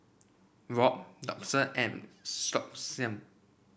Rob Dolphus and Siobhan